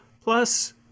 Plus